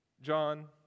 John